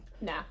Nah